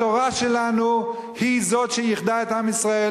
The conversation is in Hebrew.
התורה שלנו היא זאת שאיחדה את עם ישראל